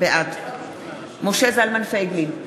בעד משה זלמן פייגלין,